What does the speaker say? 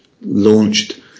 launched